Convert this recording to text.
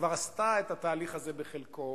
כבר עשתה את התהליך הזה בחלקו.